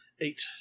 Eight